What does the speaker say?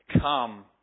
come